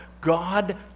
God